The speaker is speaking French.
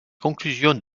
conclusions